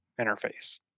interface